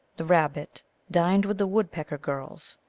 the babbit dined with the wood pecker girls,